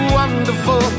wonderful